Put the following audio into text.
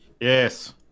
Yes